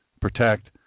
protect